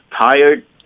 tired